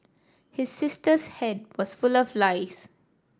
his sister's head was full of lice